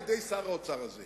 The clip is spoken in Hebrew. הפנייה הזאת כבר על שולחן הכנסת.